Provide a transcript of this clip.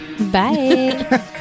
Bye